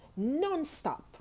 nonstop